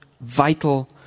Vital